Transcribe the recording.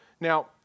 Now